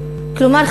כלומר,